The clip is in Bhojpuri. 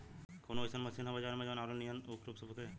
कवनो अइसन मशीन ह बजार में जवन आलू नियनही ऊख रोप सके?